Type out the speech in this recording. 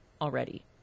already